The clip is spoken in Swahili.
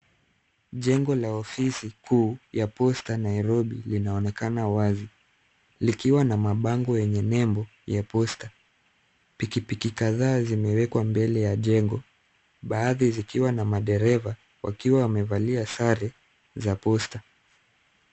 Jengo la ofisi kuu ya posta Nairobi linaonekana wazi, likiwa na mabango yenye nembo ya posta. Pikipiki kadhaa zimewekwa mbele ya jengo, baadhi zikiwa na madereva wakiwa wamevalia sare za posta.